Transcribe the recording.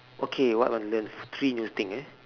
okay what I want learn three new thing uh